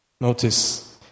notice